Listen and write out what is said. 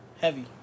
heavy